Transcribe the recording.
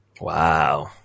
Wow